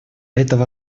этого